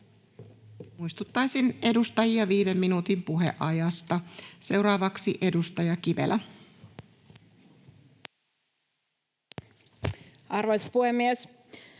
Muistuttaisin edustajia viiden minuutin puheajasta. — Seuraavaksi edustaja Kivelä. Arvoisa puhemies!